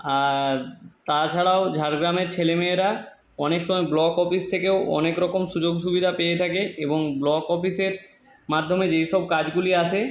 আর তাছাড়াও ঝাড়গ্রামের ছেলে মেয়েরা অনেক সময় ব্লক অফিস থেকেও অনেক রকম সুযোগ সুবিধা পেয়ে থাকে এবং ব্লক অপিসের মাধ্যমে যেই সব কাজগুলি আসে